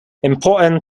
important